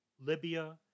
Libya